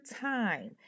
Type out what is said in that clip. time